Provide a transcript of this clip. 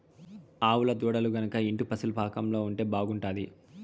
ఆవుల దూడలు గనక ఇంటి పశుల పాకలో ఉంటే బాగుంటాది